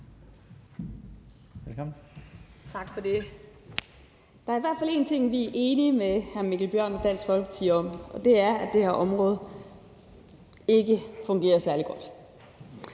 (RV): Tak for det. Der er i hvert fald én ting, vi er enige med hr. Mikkel Bjørn og Dansk Folkeparti i, og det er, at det her område ikke fungerer særlig godt.